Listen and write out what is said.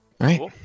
right